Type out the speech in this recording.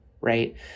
right